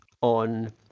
on